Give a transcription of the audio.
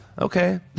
Okay